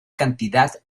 cantidad